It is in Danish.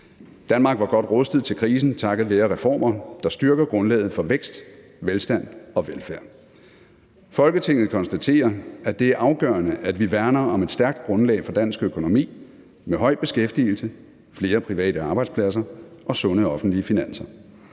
Danmark var godt rustet til krisen takket være reformer, der styrker grundlaget for vækst, velstand og velfærd. Folketinget konstaterer, at det er afgørende, at vi værner om et stærkt grundlag for dansk økonomi med høj beskæftigelse, flere private arbejdspladser og sunde offentlige finanser.